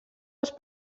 els